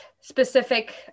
specific